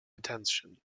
attention